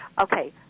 Okay